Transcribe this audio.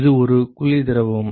இது ஒரு குளிர் திரவம்